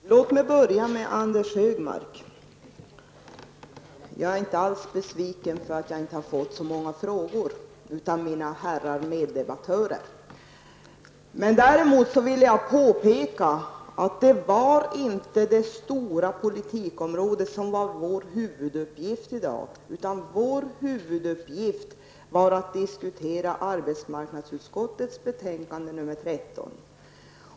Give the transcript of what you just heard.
Herr talman! Låt mig börja med Anders G Högmark. Jag är inte inte alls besviken på att jag inte fått många frågor av mina herrar meddebattörer. Däremot vill jag påpeka att det inte var det stora politikområdet som var vår huvuduppgift i dag. Vår huvuduppgift var att diskutera arbetsmarknadsutskottets betänkande nr 13.